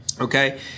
okay